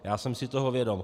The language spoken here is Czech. Já jsem si toho vědom.